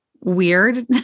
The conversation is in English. weird